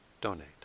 donate